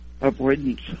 avoidance